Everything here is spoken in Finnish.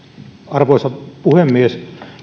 arvoisa puhemies